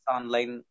online